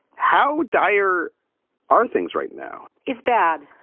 how dire are things right now? it's bad.